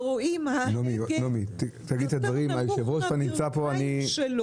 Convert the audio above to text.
ורואים שההגה נמוך יותר מהברכיים שלו.